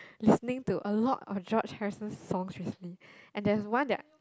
listening to a lot of George-Harrison's song really and that's one that are